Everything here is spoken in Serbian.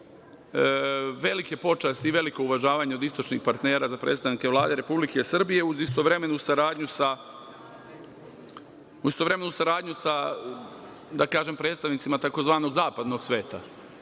Velika počast i veliko uvažavanje od istočnih partnera za predstavnike Vlade Republike Srbije, uz istovremenu saradnju sa, da kažem, predstavnicima tzv. zapadnog sveta. Mislim